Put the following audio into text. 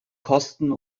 kosten